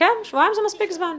מספיק זמן.